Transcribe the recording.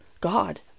God